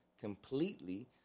completely